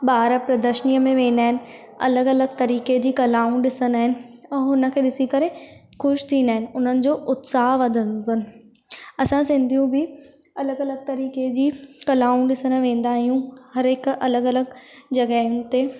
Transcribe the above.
ॿार प्रदशनीअ में वेंदा आहिनि अलॻि अलॻि तरीक़े जी कलाऊं ॾिसंदा आहिनि ऐं हुन खे ॾिसी करे ख़ुशि थींदा आहिनि उन्हनि जो उत्साह वधंदो आहे असां सिंधियूं बि अलॻि अलॻि तरीक़े जी कलाऊं ॾिसणु वेंदायूं हर हिकु अलॻि अलॻि जॻहियुनि ते